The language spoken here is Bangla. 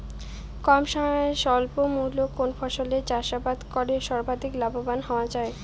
কম সময়ে স্বল্প মূল্যে কোন ফসলের চাষাবাদ করে সর্বাধিক লাভবান হওয়া য়ায়?